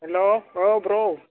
हेल' औ ब्र'